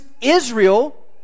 Israel